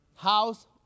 House